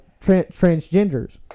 transgenders